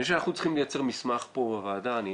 אני חושב שאנחנו צריכים לייצר מסמך פה בוועדה, אני